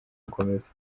gukomeza